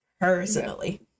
personally